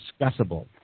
discussable